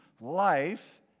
life